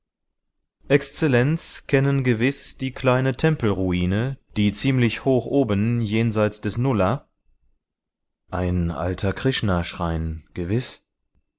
exzellenz kennen gewiß die kleine tempelruine die ziemlich hoch oben jenseits des nullah ein alter krishnaschrein gewiß